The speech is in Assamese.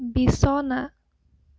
বিছনা